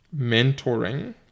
mentoring